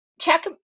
check